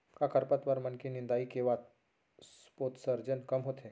का खरपतवार मन के निंदाई से वाष्पोत्सर्जन कम होथे?